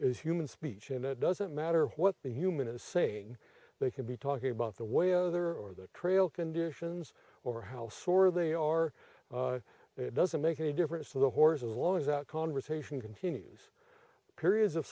is human speech and it doesn't matter what the human is saying they can be talking about the way other or their trail conditions or house or they are it doesn't make any difference to the horse as long as that conversation continues periods of